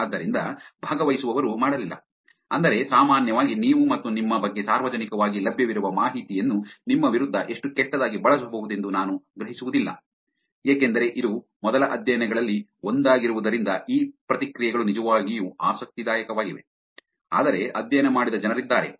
ಆದ್ದರಿಂದ ಭಾಗವಹಿಸುವವರು ಮಾಡಲಿಲ್ಲ ಅಂದರೆ ಸಾಮಾನ್ಯವಾಗಿ ನೀವು ಮತ್ತು ನಿಮ್ಮ ಬಗ್ಗೆ ಸಾರ್ವಜನಿಕವಾಗಿ ಲಭ್ಯವಿರುವ ಮಾಹಿತಿಯನ್ನು ನಿಮ್ಮ ವಿರುದ್ಧ ಎಷ್ಟು ಕೆಟ್ಟದಾಗಿ ಬಳಸಬಹುದೆಂದು ನಾನು ಗ್ರಹಿಸುವುದಿಲ್ಲ ಏಕೆಂದರೆ ಇದು ಮೊದಲ ಅಧ್ಯಯನಗಳಲ್ಲಿ ಒಂದಾಗಿರುವುದರಿಂದ ಈ ಪ್ರತಿಕ್ರಿಯೆಗಳು ನಿಜವಾಗಿಯೂ ಆಸಕ್ತಿದಾಯಕವಾಗಿವೆ ಆದರೆ ಅಧ್ಯಯನ ಮಾಡಿದ ಜನರಿದ್ದಾರೆ